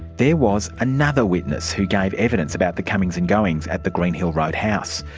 there was another witness who gave evidence about the comings and goings at the greenhill road house.